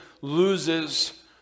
loses